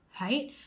right